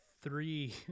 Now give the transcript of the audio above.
three